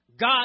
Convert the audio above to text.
God